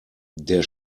der